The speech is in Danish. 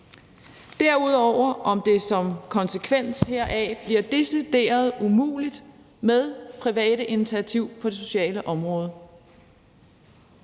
derudover om det som konsekvens heraf bliver decideret umuligt med private initiativer på det sociale område.